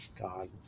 God